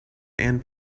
and